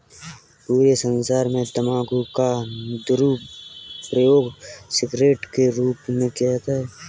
पूरे संसार में तम्बाकू का दुरूपयोग सिगरेट के रूप में किया जाता है